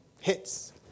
hits